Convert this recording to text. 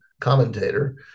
commentator